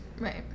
right